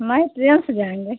नहीं ट्रेन से जाएँगे